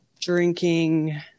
drinking